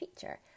feature